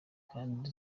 kandi